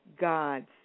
God's